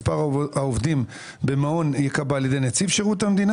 מספר העובדים במעון ייקבע על ידי נציב שירות המדינה